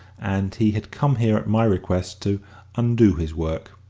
and he had come here at my request to undo his work.